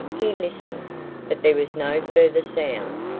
he listened, but there was no further sound.